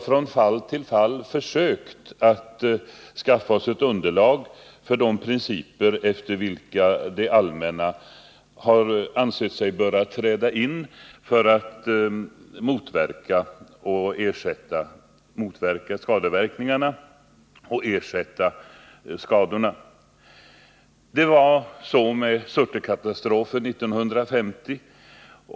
Från fall till fall har vi försökt att skaffa oss ett underlag för de principer efter vilka man bör träda in för att motverka skadeverkningarna och ersätta skadorna. Så var det vid Surtekatastrofen 1950.